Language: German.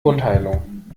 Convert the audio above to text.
wundheilung